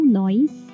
noise